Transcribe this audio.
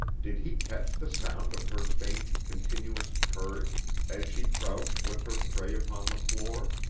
did he catch the sound of her faint, continuous purring as she crouched with her prey upon the floor?